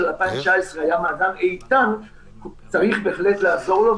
2019 היה מאזן איתן צריך בהחלט לעזור לו,